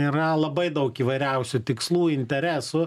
yra labai daug įvairiausių tikslų interesų